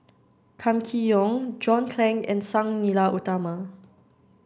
kam Kee Yong John Clang and Sang Nila Utama